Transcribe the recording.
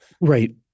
Right